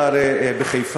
אתה הרי בחיפה,